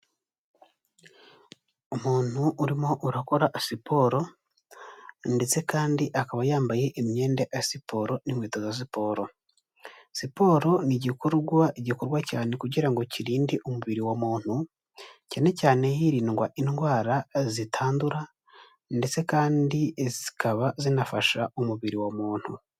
Umuntu urimo urakora siporo ndetse kandi akaba yambaye imyenda ya siporo n'inkweto za siporo. Siporo ni igikorwa gikorwa cyane kugira ngo kirinde umubiri wa muntu cyane cyane, hirindwa indwara zitandura ndetse kandi zikaba zinafasha umubiri wa muntu.